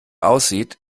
aussieht